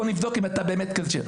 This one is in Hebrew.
בוא נבדוק אם אתה באמת ---.